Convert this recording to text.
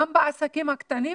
גם בעסקים הקטנים,